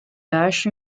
dash